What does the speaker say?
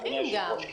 אדוני היושב-ראש,